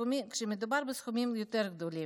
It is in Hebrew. כשמדובר בסכומים יותר גדולים.